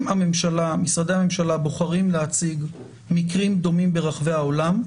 אם משרדי הממשלה בוחרים להציג מקרים דומים ברחבי העולם,